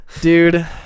dude